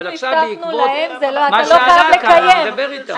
אני אדבר אתה.